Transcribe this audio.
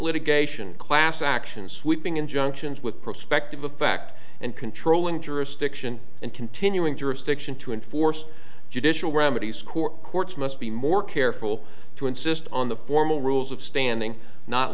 litigation class action sweeping injunctions with prospective effect and controlling jurisdiction and continuing jurisdiction to enforce judicial remedies court courts must be more careful to insist on the formal rules of standing not